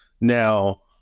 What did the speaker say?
Now